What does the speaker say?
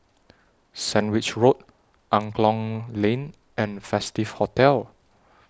Sandwich Road Angklong Lane and Festive Hotel